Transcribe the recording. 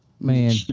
Man